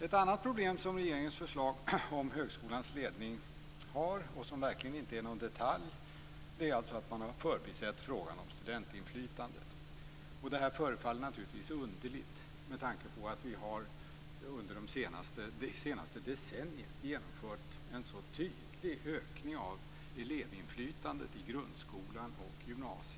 Ett annat problem med regeringens förslag om högskolans ledning, som verkligen inte är någon detalj, är att man har förbisett frågan om studentinflytande. Det här förefaller naturligtvis underligt med tanke på att vi under det senaste decenniet har genomfört en så tydlig ökning av elevinflytandet i grundskolan och gymnasiet.